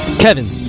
Kevin